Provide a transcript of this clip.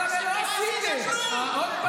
מה אתה לוקח קרדיט על כלום?